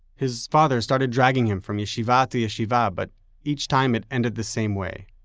his father started dragging him from yeshiva to yeshiva but each time it ended the same way.